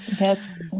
Yes